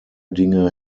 dinge